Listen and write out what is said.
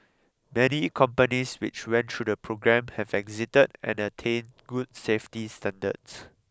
many companies which went through the programme have exited and attained good safety standards